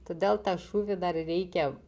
todėl tą šūvį dar reikia